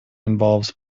involves